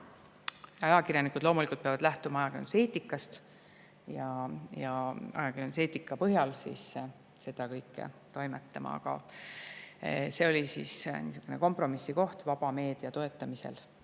Ajakirjanikud loomulikult peavad lähtuma ajakirjanduseetikast ja ajakirjanduseetika põhjal siis seda kõike toimetama. Aga see oli niisugune kompromissikoht vaba meedia toetamisel.